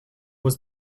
was